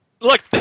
Look